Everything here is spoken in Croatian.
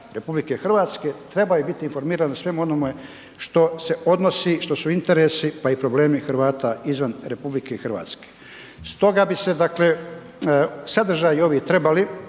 isto tako građani RH trebaju biti informirani o svemu onome što se odnosi, što su interesi pa i problemi Hrvate izvan RH. Stoga bi se sadržaji ovi trebali